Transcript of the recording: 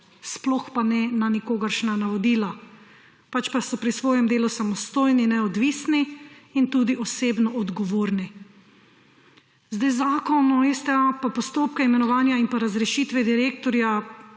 sploh pa ne na nikogaršnja navodila, pač pa so pri svojem delu samostojni, neodvisni in tudi osebno odgovorni. Zakon o STA pa postopke imenovanja in pa razrešitve direktorja